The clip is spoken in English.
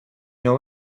know